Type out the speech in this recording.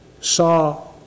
saw